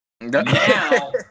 Now